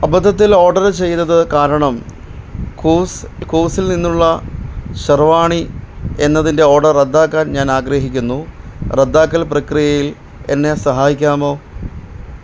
അബദ്ധത്തിൽ ഓർഡർ ചെയ്തത് കാരണം കൂവ്സ് കൂവ്സിൽ നിന്നുള്ള ഷെർവാണി എന്നതിൻ്റെ ഓർഡർ റദ്ദാക്കാൻ ഞാൻ ആഗ്രഹിക്കുന്നു റദ്ദാക്കൽ പ്രക്രിയയിൽ എന്നെ സഹായിക്കാമോ